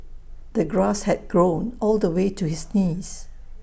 the grass had grown all the way to his knees